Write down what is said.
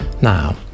Now